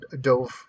dove